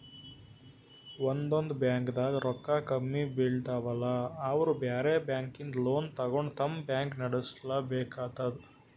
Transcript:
ಒಂದೊಂದ್ ಬ್ಯಾಂಕ್ದಾಗ್ ರೊಕ್ಕ ಕಮ್ಮಿ ಬೀಳ್ತಾವಲಾ ಅವ್ರ್ ಬ್ಯಾರೆ ಬ್ಯಾಂಕಿಂದ್ ಲೋನ್ ತಗೊಂಡ್ ತಮ್ ಬ್ಯಾಂಕ್ ನಡ್ಸಲೆಬೇಕಾತದ್